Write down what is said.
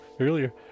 earlier